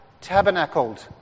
tabernacled